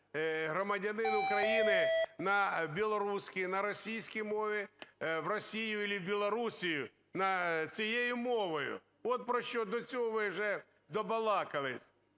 громадянин України., на білоруській, на російській мові в Росію или Білорусь цією мовою. От про що, до чого ви вже добалакались!